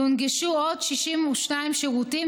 יונגשו עוד 62 שירותים.